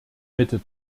mitte